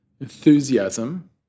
enthusiasm